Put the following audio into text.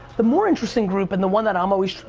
the more interesting group, and the one that i'm always,